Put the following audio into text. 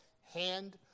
hand